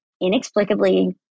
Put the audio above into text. inexplicably